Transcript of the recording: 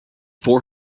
four